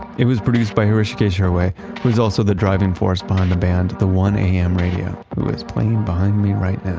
it was produced by hrishikesh hirway who was also the driving force behind the band, the one am radio, who is playing behind me right now.